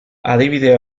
adibide